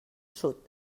sud